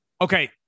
Okay